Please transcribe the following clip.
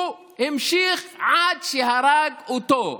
הוא המשיך עד שהרג אותו,